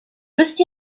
wisst